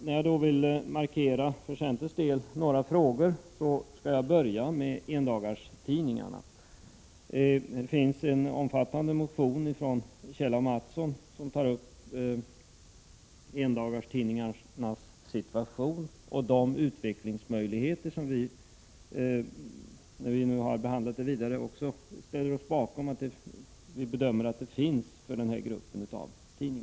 När jag nu för centerns del vill markera några frågor, skall jag börja med att tala om endagstidningarna. En omfattande motion av Kjell A. Mattsson tar upp endagstidningarnas situation och utvecklingsmöjligheter. När vi nu har behandlat denna fråga vidare, bedömer vi nämligen att det finns utvecklingsmöjligheter för den här gruppen av tidningar.